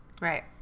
Right